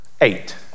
Eight